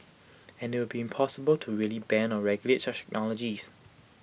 and IT would be impossible to really ban or regulate such technologies